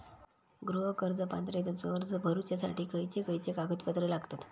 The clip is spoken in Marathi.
गृह कर्ज पात्रतेचो अर्ज भरुच्यासाठी खयचे खयचे कागदपत्र लागतत?